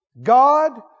God